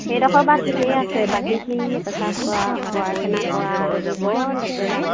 সেইডোখৰ বাৰু ঠিকেই আছে বাকীখিনিহে প্ৰাস্ৰাৱ কৰা পায়খানা কৰা সেইবোৰ বৰ লেতেৰা